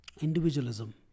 individualism